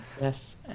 Yes